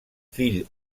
fill